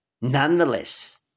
Nonetheless